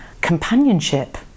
companionship